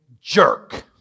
jerk